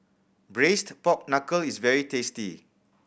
Braised Pork Knuckle is very tasty